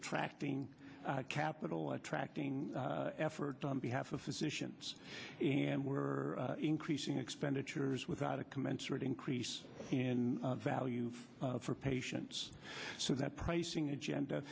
attracting capital attracting effort on behalf of physicians and were increasing expenditures without a commensurate increase in value for patients so that pricing agenda